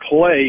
play